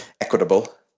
equitable